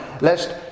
lest